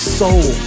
soul